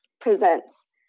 presents